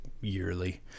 yearly